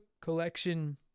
Collection